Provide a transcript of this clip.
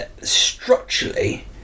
structurally